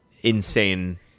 insane